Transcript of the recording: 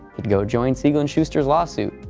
he'd go join siegel and shuster's lawsuit.